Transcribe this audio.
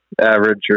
average